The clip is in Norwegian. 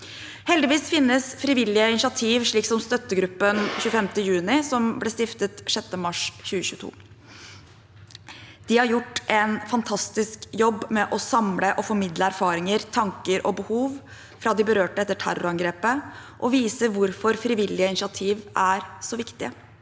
Heldigvis finnes det frivillige initiativ, slik som Støttegruppa 25. juni, som ble stiftet 6. mars 2023. De har gjort en fantastisk jobb med å samle og formidle erfaringer, tanker og behov fra de berørte etter terrorangrepet og viser hvorfor frivillige initiativ er så viktige.